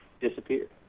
disappeared